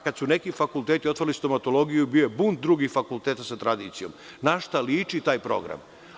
Kada su neki fakulteti otvorili stomatologiju, bio je bunt drugih fakulteta sa tradicijom – na šta liči taj program.